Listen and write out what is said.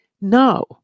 No